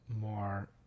more